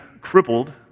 crippled